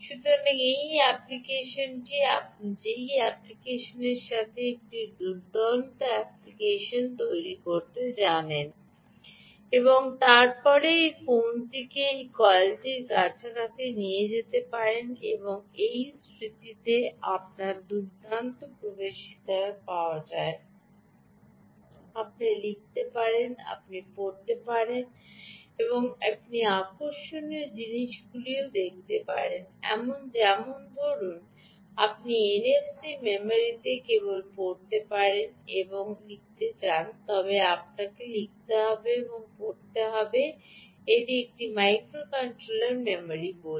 সুতরাং এই অ্যাপ্লিকেশনটি আপনি এই অ্যাপ্লিকেশনটির সাথে একটি দুর্দান্ত অ্যাপ্লিকেশন তৈরি করতে জানেন এবং তারপরে এই ফোনটিকে এই কয়েলটির কাছাকাছি পেতে পারেন এই স্মৃতিতে আপনার দুর্দান্ত প্রবেশাধিকার পাওয়া উচিত আপনি লিখতে পারেন আপনি পড়তে পারেন এবং আপনি আকর্ষণীয় জিনিসগুলিও করতে পারেন যেমন ধরুন আপনি এনএফসি মেমরিতে কেবল পড়তে এবং লিখতে চান না তবে আপনি আমাদের লিখতে এবং পড়তে চান একটি মাইক্রোকন্ট্রোলার মেমরি বলুন